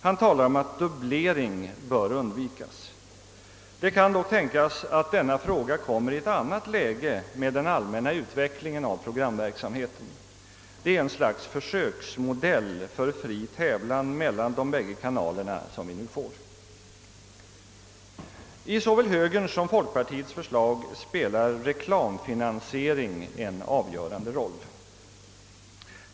Han talar om att dubblering bör undvikas. Det kan dock tänkas att denna fråga kommer i ett annat läge i och med den allmänna utvecklingen av programverksamheten. Vi får nu ett slags försöksmodell för fri tävlan mellan de bägge kanalerna. I såväl högerns som folkpartiets förslag spelar reklamfinansiering en avgörande roll.